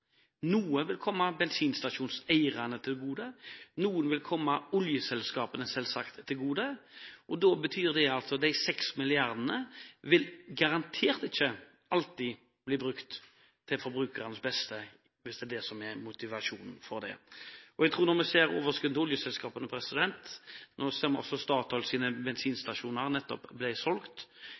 Noe vil komme bensinstasjonseierne til gode, noe vil selvsagt komme oljeselskapene til gode. Da betyr det at de 6 mrd. kr garantert ikke alltid vil bli brukt til forbrukernes beste, hvis det er det som er motivasjonen for dette. Jeg tror at når man ser på overskuddene til oljeselskapene – nå ser vi at Statoils bensinstasjoner nettopp ble solgt